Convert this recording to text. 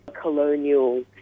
colonial